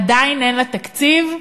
עדיין אין לה תקציב,